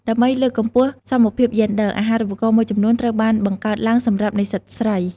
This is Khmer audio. ដើម្បីលើកកម្ពស់សមភាពយេនឌ័រ អាហារូបករណ៍មួយចំនួនត្រូវបានបង្កើតឡើងសម្រាប់និស្សិតស្រី។